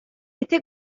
este